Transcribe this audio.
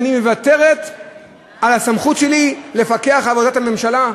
אני מוותרת על הסמכות שלי לפקח על עבודת הממשלה?